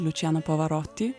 lučiano pavaroti